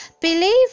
Believe